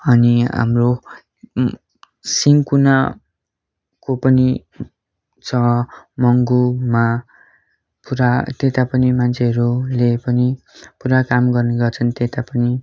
अनि हाम्रो सिन्कोनाको पनि छ मङ्पूमा पुरा त्यता पनि मान्छेहरूले पनि पुरा काम गर्ने गर्छन् त्यता पनि